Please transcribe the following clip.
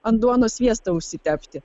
ant duonos sviesto užsitepti